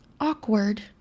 awkward